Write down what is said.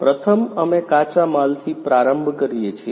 પ્રથમ અમે કાચા માલથી પ્રારંભ કરીએ છીએ